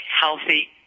healthy